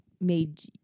made